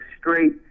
straight